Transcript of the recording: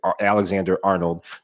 Alexander-Arnold